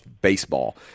baseball